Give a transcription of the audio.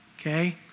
okay